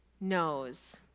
knows